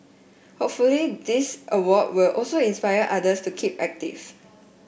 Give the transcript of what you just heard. hopefully this award will also inspire others to keep active